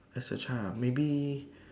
as a child maybe